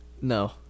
No